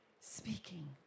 speaking